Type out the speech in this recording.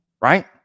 right